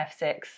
F6